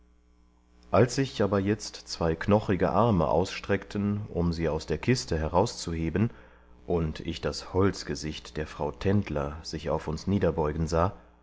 als sich aber jetzt zwei knochige arme ausstreckten um sie aus der kiste herauszuheben und ich das holzgesicht der frau tendler sich auf uns niederbeugen sah